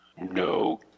No